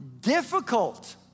difficult